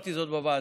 ואמרתי זאת בוועדה.